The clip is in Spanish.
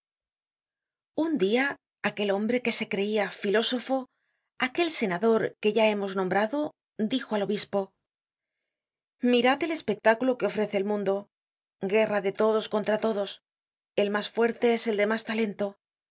toda su doctrina undia aquel hombre que se creia filosofo aquel senador que ya hemos nombrado dijo al obispo mirad el espectáculo que ofrece el mundo guerra de todos contra todos el mas fuerte es el de mas talento